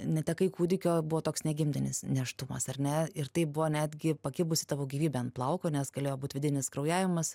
netekai kūdikio buvo toks negimdinis nėštumas ar ne ir tai buvo netgi pakibusi tavo gyvybė ant plauko nes galėjo būt vidinis kraujavimas